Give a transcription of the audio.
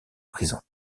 prison